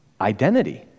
Identity